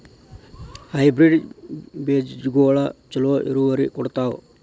Hybrid ಬೇಜಗೊಳು ಛಲೋ ಇಳುವರಿ ಕೊಡ್ತಾವ?